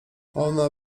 ona